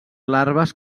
larves